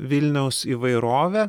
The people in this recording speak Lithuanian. vilniaus įvairovę